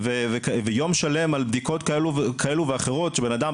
ויום שלם על בדיקות כאלה ואחרות שבן אדם,